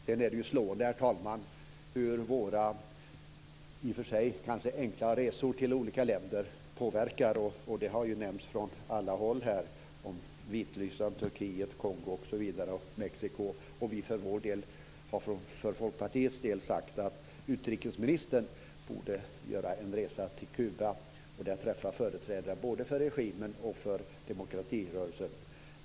Sedan är det slående, herr talman, hur våra i och för sig enkla resor till olika länder påverkar. Det har nämnts från alla håll här. Det har gällt Vitryssland, Turkiet, Kongo, Mexico osv. Vi från Folkpartiet har sagt att utrikesministern borde göra en resa till Kuba och där träffa företrädare både för regimen och för demokratirörelsen.